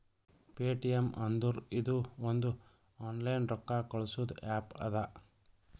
Paytm ಅಂದುರ್ ಇದು ಒಂದು ಆನ್ಲೈನ್ ರೊಕ್ಕಾ ಕಳ್ಸದು ಆ್ಯಪ್ ಅದಾ